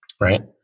Right